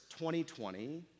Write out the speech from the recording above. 2020